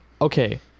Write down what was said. okay